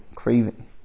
Craving